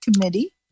committee